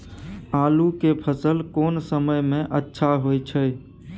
आलू के फसल कोन समय में अच्छा होय छै?